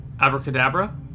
Abracadabra